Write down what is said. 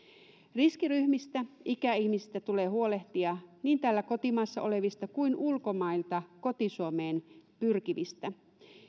riskiryhmistä ikäihmisistä tulee huolehtia niin täällä kotimaassa olevista kuin ulkomailta koti suomeen pyrkivistä